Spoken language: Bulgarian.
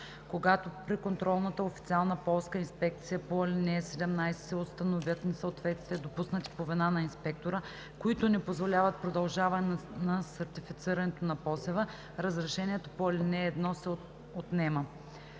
Когато при контролната официална полска инспекция по ал. 17 се установят несъответствия, допуснати по вина на инспектора, които не позволяват продължаване на сертифицирането на посева, разрешението по ал. 1 се отнема.